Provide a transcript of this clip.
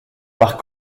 par